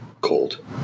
cold